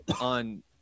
on